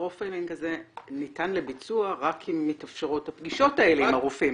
הפרופיילינג הזה ניתן לביצוע רק אם מתאפשרות הפגישות האלה עם הרופאים,